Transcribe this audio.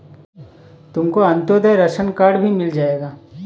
तुमको Antyodaya ration card भी मिल जाएगा